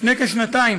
לפני כשנתיים